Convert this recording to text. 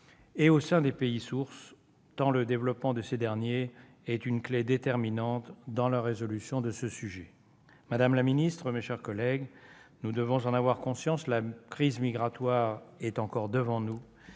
et au sein des pays sources, tant le développement de ces derniers est une clef déterminante dans la résolution de ce sujet. Madame la ministre, mes chers collègues, nous devons en avoir conscience, la crise migratoire est encore devant nous,